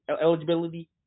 Eligibility